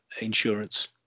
insurance